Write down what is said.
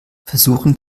versuchen